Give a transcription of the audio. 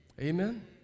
amen